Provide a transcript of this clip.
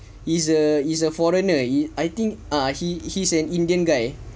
it's a it's a foreigner I think ah he he's an indian guy